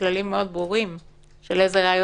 כרגע זה לא ממוצה מבחינת ההסתכלות שלנו.